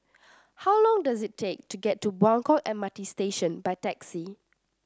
how long does it take to get to Buangkok M R T Station by taxi